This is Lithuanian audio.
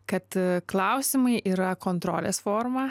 kad klausimai yra kontrolės forma